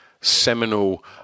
seminal